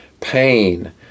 Pain